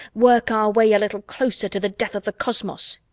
work our way a little closer to the death of the cosmos.